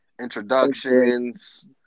Introductions